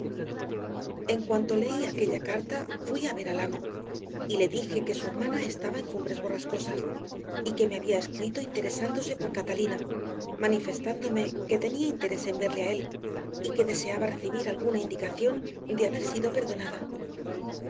en cuanto leí aquella carta fui a ver al amo y le dije que su hermana estaba en cumbres borrascosas y que me había escrito interesándose por catalina manifestándome que tenía interés en verle a él y que deseaba recibir alguna indicación de haber sido perdonada